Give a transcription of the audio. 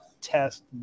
test